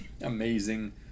Amazing